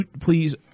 Please